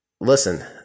listen